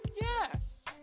Yes